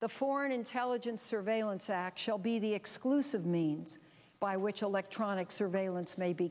the foreign intelligence surveillance act shall be the exclusive means by which electronic surveillance may be